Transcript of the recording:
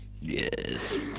Yes